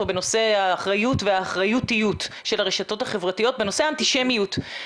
בנושא האחריות והאחריותיות של הרשתות החברתיות בנושא האנטישמיות,